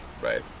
Right